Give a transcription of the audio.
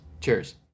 Cheers